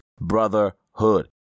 Brotherhood